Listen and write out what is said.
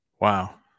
Wow